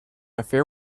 affair